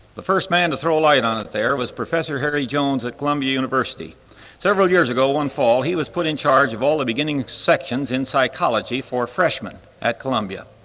the first man to throw a light on it there was professor harry jones at columbia university several years ago one fall he was put in charge of all the beginning sections in psychology for freshmen at columbia.